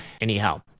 anyhow